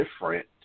different